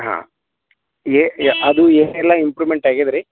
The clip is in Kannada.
ಹಾಂ ಏ ಅದು ಏನೆಲ್ಲ ಇಂಪ್ರುವ್ಮೆಂಟ್ ಆಗ್ಯದ ರೀ